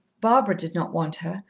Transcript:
barbara did not want her,